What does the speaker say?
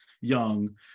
young